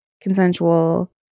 consensual